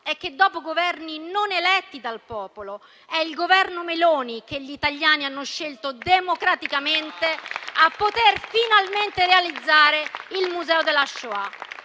è che, dopo Governi non eletti dal popolo, è il Governo Meloni, che gli italiani hanno scelto democraticamente, a poter finalmente realizzare il Museo della Shoah